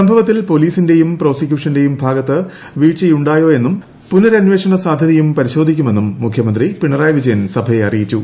സംഭവത്തിൽ പൊലീസിന്റെയും പ്രോസിക്യൂഷന്റെയും ഭാഗത്ത് വീഴ്ചയുണ്ടോയെന്നും പുനരന്വേഷണ സാധ്യതയും പരിശോധിക്കുമെന്നും മുഖ്യമന്ത്രി പിണറായി വിജയൻ സഭയെ അറിയിച്ചു